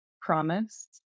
promise